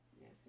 yes